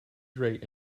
great